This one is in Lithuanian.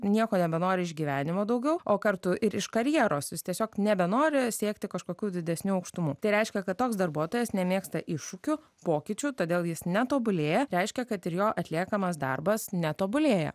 nieko nebenori iš gyvenimo daugiau o kartu ir iš karjeros jis tiesiog nebenori siekti kažkokių didesnių aukštumų tai reiškia kad toks darbuotojas nemėgsta iššūkių pokyčių todėl jis netobulėja reiškia kad ir jo atliekamas darbas netobulėja